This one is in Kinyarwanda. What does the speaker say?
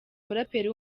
umuraperi